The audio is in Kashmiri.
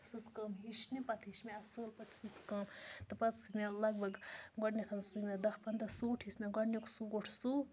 سٕژ کٲم ہیٚچھنہِ پَتہٕ ہیٚچھۍ مےٚ اَصٕل پٲٹھۍ سٕژ کٲم تہٕ پَتہٕ سُوۍ مےٚ لگ بگ گۄڈنٮ۪تھ سُوۍ مےٚ دَہ پنٛداہ سوٗٹ یُس مےٚ گۄڈنیُک سوٗٹ سُو